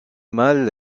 mâles